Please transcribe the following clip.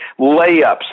layups